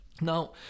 now